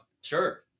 sure